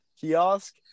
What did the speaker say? kiosk